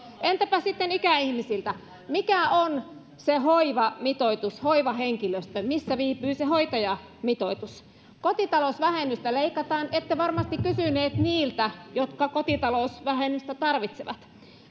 entäpä sitten ikäihmisiltä mikä on se hoivamitoitus hoivahenkilöstö missä viipyy se hoitajamitoitus kotitalousvähennystä leikataan ette varmasti kysyneet niiltä jotka kotitalousvähennystä tarvitsevat